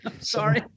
Sorry